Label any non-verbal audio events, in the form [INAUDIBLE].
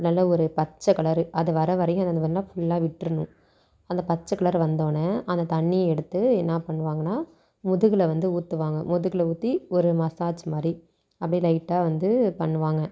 நல்ல ஒரு பச்சைக்கலரு அது வர வரையும் அது வந்து [UNINTELLIGIBLE] ஃபுல்லா விட்டுருணும் அந்த பச்சைக்கலர் வந்தோன்னே அந்த தண்ணியை எடுத்து என்ன பண்ணுவாங்கன்னால் முதுகில் வந்து ஊற்றுவாங்க முதுகில் ஊற்றி ஒரு மசாஜ் மாரி அப்படியே லைட்டாக வந்து பண்ணுவாங்க